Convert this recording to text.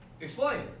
Explain